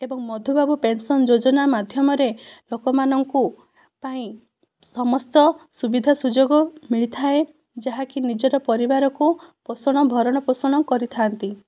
ଏବଂ ମଧୁବାବୁ ପେନ୍ସନ୍ ଯୋଜନା ମାଧ୍ୟମରେ ଲୋକମାନଙ୍କୁ ପାଇଁ ସମସ୍ତ ସୁବିଧାସୁଯୋଗ ମିଳିଥାଏ ଯାହାକି ନିଜର ପରିବାରକୁ ପୋଷଣ ଭରଣପୋଷଣ କରିଥାନ୍ତି